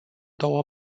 două